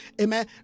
amen